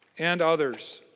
and others.